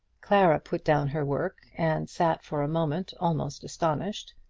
clara put down her work and sat for a moment almost astonished.